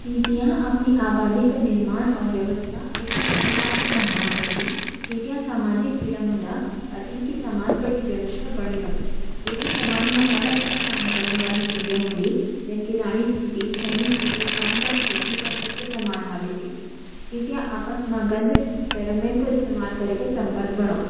चींटियाँ अपनी आबादी का निर्माण और व्यवस्था एकदम अनुशासित ढंग मा करदी। चींटियाँ सामाजिक कीड़े हुदा, अर इनकी समाज बटी व्यवस्था बणी रौंदी। येंकि समाज मा अलग-अलग काम करण वाली चींटियाँ होंदी, जन कि रानी चींटी, सैनिक चींटी, कामगार चींटी अर बच्चा सम्भालण वाली चींटी। चींटियाँ आपस मा गंध (फेरोमोन) का इस्तेमाल करके संपर्क बनौंदी।